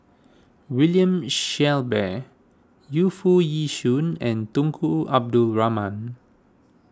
William Shellabear Yu Foo Yee Shoon and Tunku Abdul Rahman